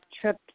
trip